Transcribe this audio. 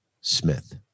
Smith